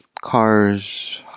cars